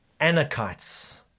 Anakites